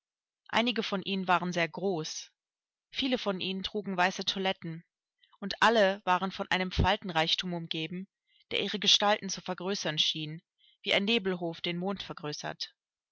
einige von ihnen waren sehr groß viele von ihnen trugen weiße toiletten und alle waren von einem faltenreichtum umgeben der ihre gestalten zu vergrößern schien wie ein nebelhof den mond vergrößert